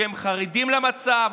הם חרדים למצב,